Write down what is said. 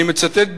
אני מצטט,